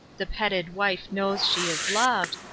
the petted wife knows she is loved,